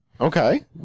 Okay